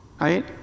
Right